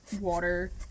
water